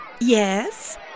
Yes